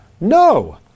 No